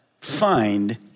find